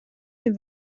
dem